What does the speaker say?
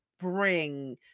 bring